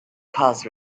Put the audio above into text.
cars